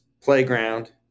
playground